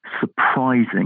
surprising